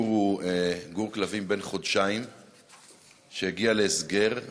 גור הוא גור כלבים בן חודשיים שהגיע להסגר,